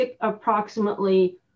approximately